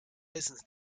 business